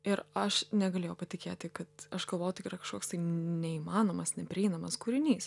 ir aš negalėjau patikėti kad aš galvojau tai yra kažkoks tai neįmanomas neprieinamas kūrinys